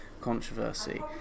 controversy